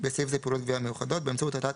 ("בסעיף זה,